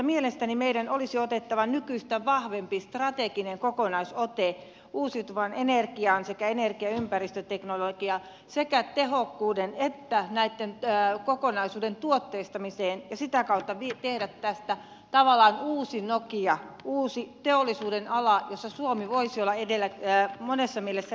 mielestäni meidän olisi otettava nykyistä vahvempi strateginen kokonaisote uusiutuvaan energiaan sekä energia ja ympäristöteknologiaan sekä tehokkuuden että kokonaisuuden tuotteistamiseen ja sitä kautta tehtävä tästä tavallaan uusia nokia uusi teollisuudenala jolla suomi voisi olla monessa mielessä edelläkävijä